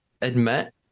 admit